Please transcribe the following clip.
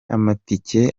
amatike